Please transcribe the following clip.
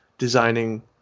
designing